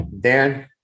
Dan